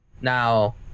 Now